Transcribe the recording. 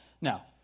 Now